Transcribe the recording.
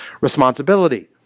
responsibility